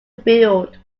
build